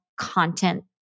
content